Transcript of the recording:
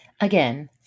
again